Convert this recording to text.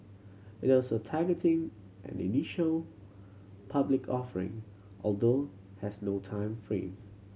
it also targeting an initial public offering although has no time frame